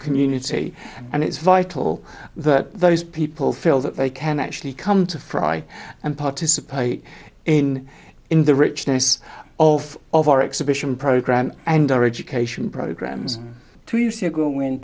community and it's vital that those people feel that they can actually come to fry and participate in in the richness of of our exhibition program and our education programs to see ago when